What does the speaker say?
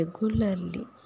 regularly